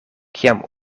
kiam